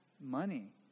money